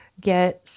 get